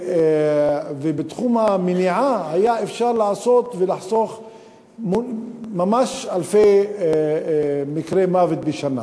ובתחום המניעה היה אפשר לעשות ולחסוך ממש אלפי מקרי מוות בשנה.